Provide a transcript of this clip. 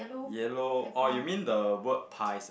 yellow oh you mean the word pies ah